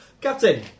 Captain